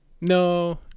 No